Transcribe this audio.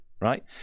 right